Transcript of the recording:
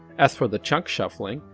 as for the chunk shuffling,